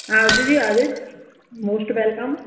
ਆ ਜਾਓ ਜੀ ਆ ਜਾਓ ਮੋਸਟ ਵੈਲਕਮ